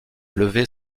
lever